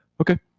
okay